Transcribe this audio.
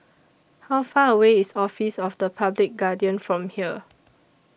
How Far away IS Office of The Public Guardian from here